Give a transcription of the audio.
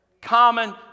Common